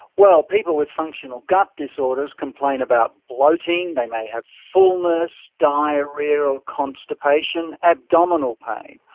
well, people with functional gut disorders complain about bloating, they may have fullness, diarrhoea or constipation, abdominal pain.